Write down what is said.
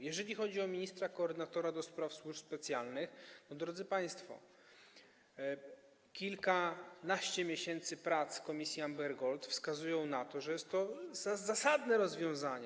Jeżeli chodzi o ministra koordynatora do spraw służb specjalnych, drodzy państwo, kilkanaście miesięcy prac komisji Amber Gold wskazuje na to, że jest to zasadne rozwiązanie.